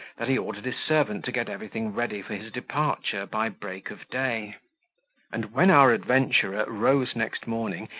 that he ordered his servant to get everything ready for his departure by break of day and when our adventurer rose next morning,